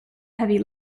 heavy